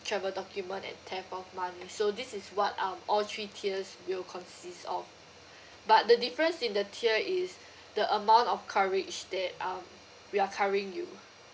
travel document and theft of money so this is what um all three tiers will consists of but the difference in the tier is the amount of coverage that um we are covering you